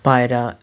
পায়রা